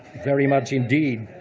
very much indeed.